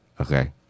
okay